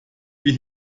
wie